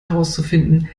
herauszufinden